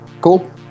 cool